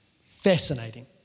Fascinating